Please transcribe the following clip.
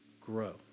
grow